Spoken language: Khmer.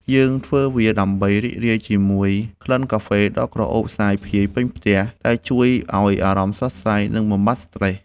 យើងធ្វើវាដើម្បីរីករាយជាមួយក្លិនកាហ្វេដ៏ក្រអូបសាយភាយពេញផ្ទះ ដែលជួយឱ្យអារម្មណ៍ស្រស់ស្រាយ និងបំបាត់ស្រ្តេស។